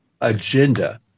agenda